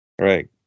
right